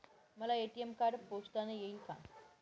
मला ATM card पोस्टाने येईल का?